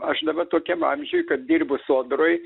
aš dabar tokiam amžiuj kad dirbu sodroj